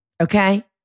Okay